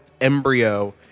embryo